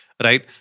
Right